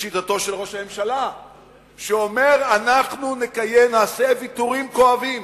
לשיטתו של ראש הממשלה שאומר: אנחנו נעשה ויתורים כואבים.